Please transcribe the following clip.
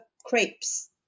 crepes